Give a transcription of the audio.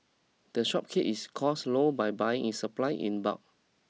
the shop keeps its costs low by buying its supply in bulk